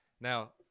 Now